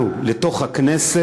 לנו, לתוך הכנסת,